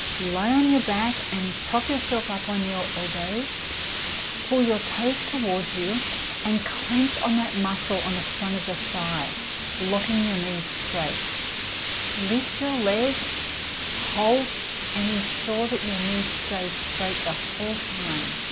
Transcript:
lay on your back and prop yourself up on your elbows pull your toes towards you and clench on that muscle on the front of the thigh locking your knees straight lift your leg hold and ensure that your knees stays straight the whole time